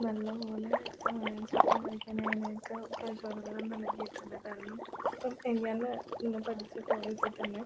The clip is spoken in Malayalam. നല്ല പോലെ ചിത്രം വരക്കാനെനിക്ക് പ്രചോദനം നൽകിയിട്ടുണ്ട് കാരണം ഇപ്പം ഞാൻ പഠിച്ച കോളേജിൽത്തന്നെ